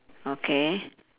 okay